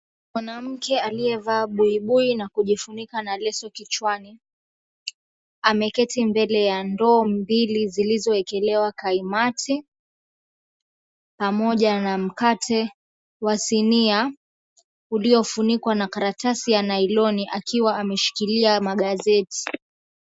Mwanamke aliyevaa buibui na kujifunika na leso kichwani, ameketi mbele ya ndoo mbili zilizoekelewa kaimati, pamoja na mkate wa sinia, uliofunikwa na karatasi ya nailoni akiwa ameshikilia magazeti.